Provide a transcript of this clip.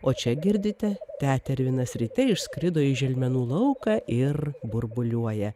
o čia girdite tetervinas ryte išskrido į želmenų lauką ir burbuliuoja